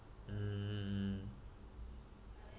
mm